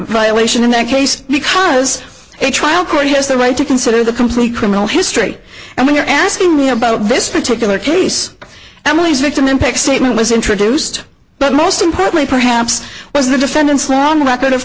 violation in that case because a trial court has the right to consider the complete criminal history and when you're asking me about this particular piece and lee's victim impact statement was introduced but most importantly perhaps was the defendant's record of